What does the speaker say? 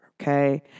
Okay